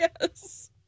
Yes